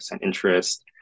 interest